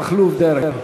תשובת השרה איילת שקד.